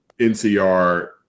NCR –